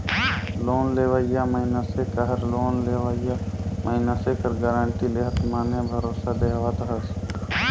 loan लेवइया मइनसे कहर लोन लेहोइया मइनसे कर गारंटी लेहत माने भरोसा देहावत हस